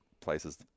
places